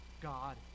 God